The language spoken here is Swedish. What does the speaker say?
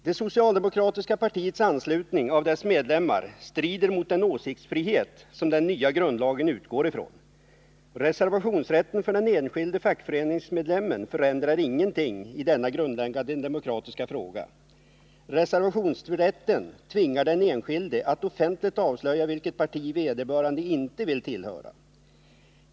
Det socialdemokratiska partiets anslutning av dessa medlemmar strider mot den åsiktsfrihet som den nya grundlagen utgår ifrån. Reservationsrätten för den enskilde fackföreningsmedlemmen förändrar ingenting i denna grundläggande demokratiska fråga. Reservationsrätten tvingar den enskilde 3 att offentligt avslöja vilket parti vederbörande inte vill tillhöra.